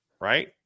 Right